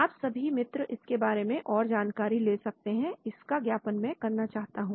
आप सभी मित्र इस के बारे में और जानकारी ले सकते हैं इसका ज्ञापन करना चाहता हूं